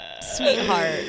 Sweetheart